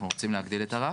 אנחנו רוצים להגדיל את הרף.